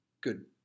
good